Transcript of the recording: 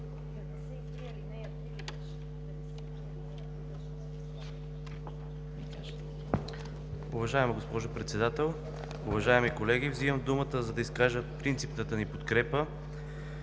Уважаема госпожо Председател, уважаеми колеги! Взимам думата, за да изкажа принципната ни подкрепа